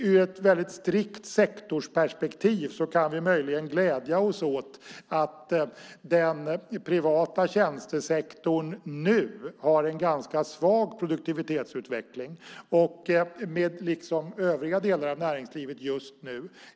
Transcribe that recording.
I ett väldigt strikt sektorsperspektiv kan vi möjligen glädja oss åt att den privata tjänstesektorn nu har en ganska svag produktivitetsutveckling, liksom övriga delar av näringslivet just nu.